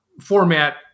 format